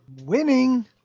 Winning